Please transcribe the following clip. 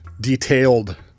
detailed